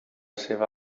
seva